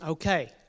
Okay